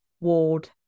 Ward